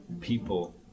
people